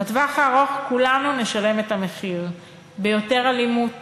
בטווח הארוך כולנו נשלם את המחיר ביותר אלימות